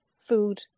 food